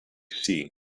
sea